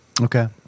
Okay